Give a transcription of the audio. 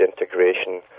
integration